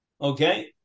Okay